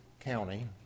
county